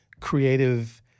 creative